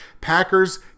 Packers